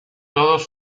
todos